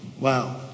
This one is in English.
Wow